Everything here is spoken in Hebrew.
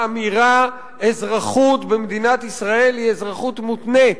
באמירה: אזרחות במדינת ישראל היא אזרחות מותנית,